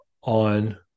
on